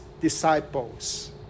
disciples